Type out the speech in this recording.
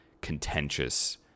contentious